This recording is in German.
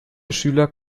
schüler